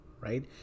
right